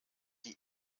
die